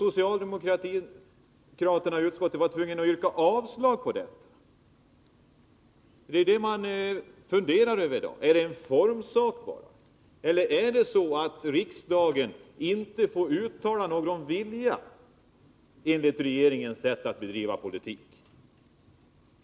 Socialdemokraterna var ju i utskottet tvungna att yrka avslag på detta. Det är det man funderar över i dag. Är det bara en formsak, eller är det så att riksdagen inte får uttala någon vilja, enligt regeringens sätt att bedriva politik?